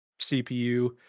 CPU